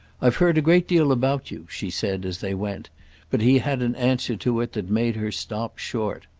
i've heard a great deal about you, she said as they went but he had an answer to it that made her stop short.